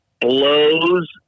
blows